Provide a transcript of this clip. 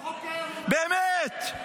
באמת,